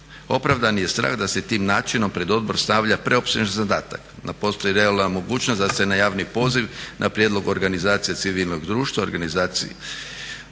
Opravdan je strah da se tim načinom pred odbor stavlja preopsežan zadatak i postoji realna mogućnost da se na javni poziv na prijedlog organizacije civilnog društva i nevladinih